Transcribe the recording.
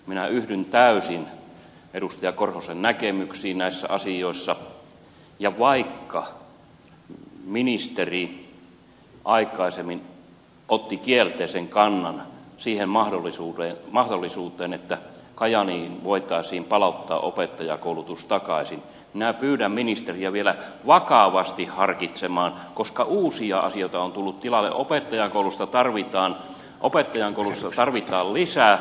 minä yhdyn täysin edustaja korhosen näkemyksiin näissä asioissa ja vaikka ministeri aikaisemmin otti kielteisen kannan siihen mahdollisuuteen että kajaaniin voitaisiin palauttaa opettajankoulutus takaisin minä pyydän ministeriä vielä vakavasti harkitsemaan koska uusia asioita on tullut tilalle opettajankoulutusta tarvitaan lisää